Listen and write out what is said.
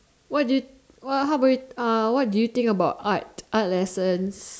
what do you what how about you uh what do you think about art art lessons